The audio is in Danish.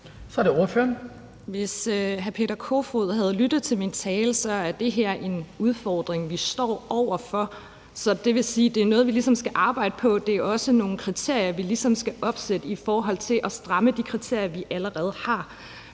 Hvis hr. Peter Kofod havde lyttet til min tale, havde han hørt, at det her en udfordring, vi står over for. Det vil sige, at det er noget, vi ligesom skal arbejde på; det er også nogle kriterier, vi ligesom skal opsætte i forhold til at stramme de kriterier, vi allerede har.